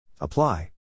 Apply